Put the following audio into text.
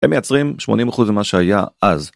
הם מייצרים 80% ממה שהיה אז.